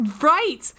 Right